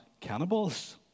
cannibals